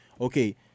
okay